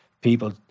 People